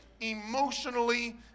emotionally